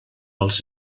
els